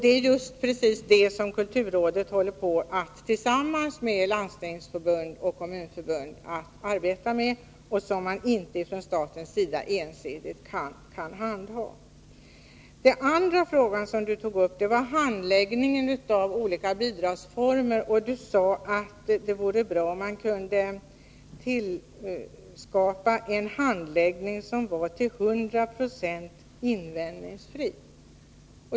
Det är just det som kulturrådet håller på att arbeta med tillsammans med Landstingsförbundet och Kommunförbundet och som inte staten ensidigt kan handha. Den andra frågan som Lars Ahlmark tog upp var handläggningen av olika bidragsformer. Lars Ahlmark sade att det vore bra, om man kunde tillskapa en handläggning som var till 100 26 invändningsfri.